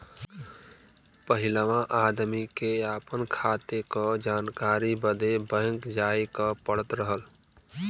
पहिलवा आदमी के आपन खाते क जानकारी बदे बैंक जाए क पड़त रहल